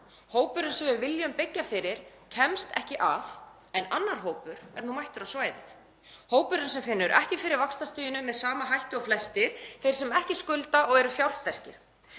Hópurinn sem við viljum byggja fyrir kemst ekki að en annar hópur er mættur á svæðið, hópurinn sem finnur ekki fyrir vaxtastiginu með sama hætti og flestir, þeir sem ekki skulda og eru fjársterkir.